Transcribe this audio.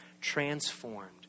transformed